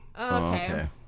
okay